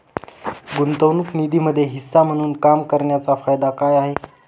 गुंतवणूक निधीमध्ये हिस्सा म्हणून काम करण्याच्या फायदा काय आहे?